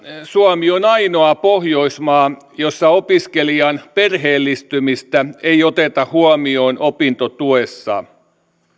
suomi on ainoa pohjoismaa jossa opiskelijan perheellistymistä ei oteta huomioon opintotuessa